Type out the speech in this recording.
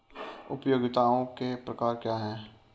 उपयोगिताओं के प्रकार क्या हैं?